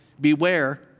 beware